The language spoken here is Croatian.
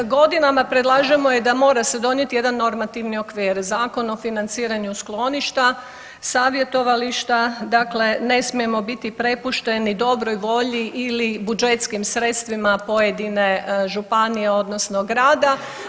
Ono što mi godinama predlažemo je da mora se donijeti jedan normativni okvir, Zakon o financiranju skloništa, savjetovališta, dakle ne smijemo biti prepušteni dobroj volji ili budžetskim sredstvima pojedine županije odnosno grada.